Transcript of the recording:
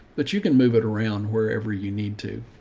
but you can move it around wherever you need to.